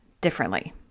differently